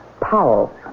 Powell